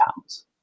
pounds